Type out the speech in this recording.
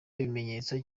ibimenyetso